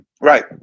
Right